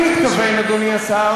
אדוני השר,